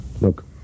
Look